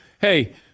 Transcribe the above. hey